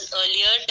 earlier